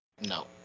No